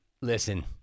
Listen